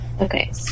Okay